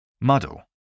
Muddle